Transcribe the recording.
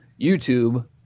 YouTube